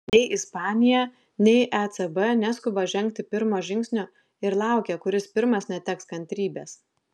nei ispanija nei ecb neskuba žengti pirmo žingsnio ir laukia kuris pirmas neteks kantrybės